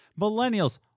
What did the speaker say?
Millennials